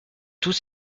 tous